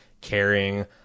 caring